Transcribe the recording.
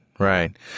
Right